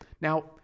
Now